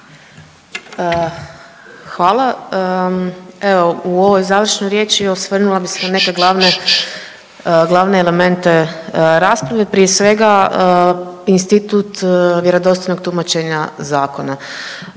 Hvala. Evo u ovoj završnoj riječi osvrnula bi se na neke glavne, glavne elemente rasprave. Prije svega, institut vjerodostojnog tumačenja zakona.